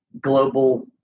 global